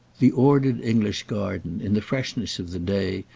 the ordered english garden, in the freshness of the day,